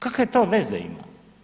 Kakve to veze ima?